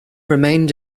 remained